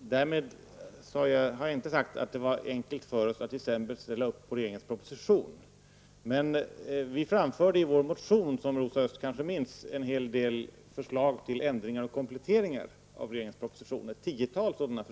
Därmed har jag inte sagt att det var enkelt för oss att i december ställa upp på regeringens proposition. Vi framförde i vår motion, som Rosa Östh kanske minns, ett tiotal förslag till ändringar och kompletteringar av propositionen.